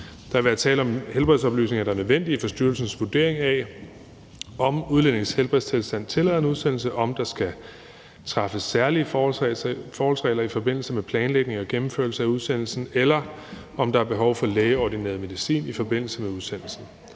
Der har været tale om helbredsoplysninger, der er nødvendige for styrelsens vurdering af, om udlændinges helbredstilstand tillader en udsendelse, om der skal træffes særlige forholdsregler i forbindelse med planlægning og gennemførelse udsendelsen, eller om der er behov for lægeordineret medicin i forbindelse med udsendelsen.